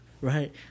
right